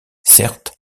certes